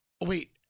Wait